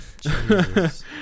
Jesus